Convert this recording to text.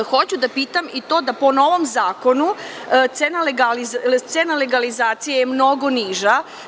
Hoću da pitam i to da po novom zakonu cena legalizacije je mnogo niža.